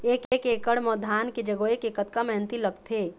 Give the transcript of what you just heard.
एक एकड़ म धान के जगोए के कतका मेहनती लगथे?